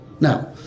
Now